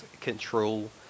control